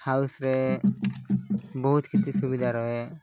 ହାଉସ୍ରେ ବହୁତ କିଛି ସୁବିଧା ରହେ